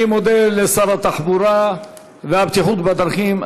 אני מודה לשר התחבורה והבטיחות בדרכים,